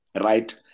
right